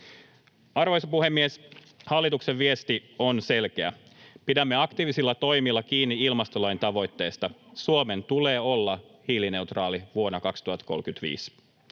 Arvoisa puhemies! Hallituksen viesti on selkeä. Pidämme aktiivisilla toimilla kiinni ilmastolain tavoitteista. Suomen tulee olla hiilineutraali vuonna 2035.